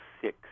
six